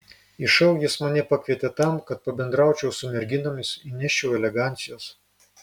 į šou jis mane pakvietė tam kad pabendraučiau su merginomis įneščiau elegancijos